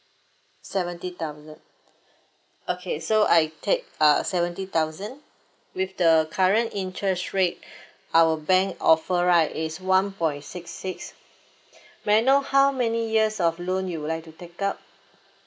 seventy thousand okay so I take uh seventy thousand with the current interest rate our bank offer right is one point six six may I know how many years of loan you would like to take up